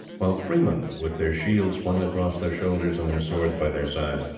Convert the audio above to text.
while freemen, with their shields flung across their shoulders and their swords by their sides,